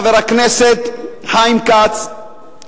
חבר הכנסת חיים כץ,